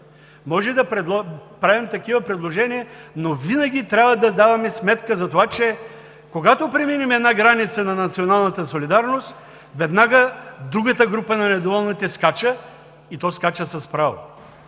Може да правим такива предложения, но винаги трябва да си даваме сметка за това, че когато преминем една граница на националната солидарност, веднага другата група на недоволните скача и то скача с право.